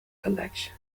collection